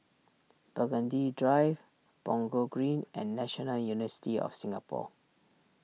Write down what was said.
Burgundy Drive Punggol Green and National University of Singapore